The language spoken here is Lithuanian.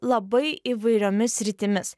labai įvairiomis sritimis